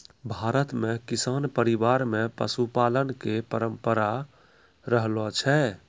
भारत मॅ किसान परिवार मॅ पशुपालन के परंपरा रहलो छै